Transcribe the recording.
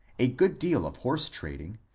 a good deal of horse-trading,